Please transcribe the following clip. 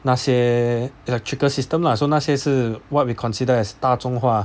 那些 electrical system lah so 那些是 what we consider as 大众化